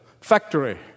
factory